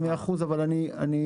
כן.